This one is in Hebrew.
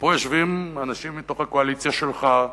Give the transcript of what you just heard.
ופה יושבים אנשים מתוך הקואליציה שלך,